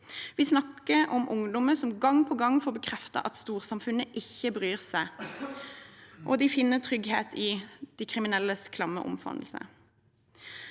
Vi snakker om ungdommer som gang på gang får bekreftet at storsamfunnet ikke bryr seg, og de finner trygghet i de kriminelles klamme omfavnelse.